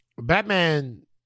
Batman